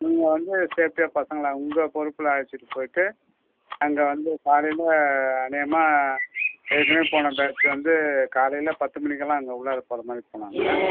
நீங்கள் வந்து சேஃப்ட்டியாக பசங்களை உங்கள் பொறுப்பில் அழைச்சுட்டு போய்ட்டு அங்கே வந்து காலையில் அநேகமாக ஏற்கனவே போன பேச் வந்து காலையில் பத்து மணிக்குலாம் அங்கே உள்ளார போகிற மாதிரி போனாங்க